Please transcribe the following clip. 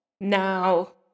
Now